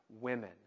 women